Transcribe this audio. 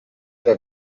era